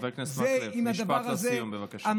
חבר הכנסת מקלב, משפט לסיום, בבקשה.